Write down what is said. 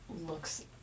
looks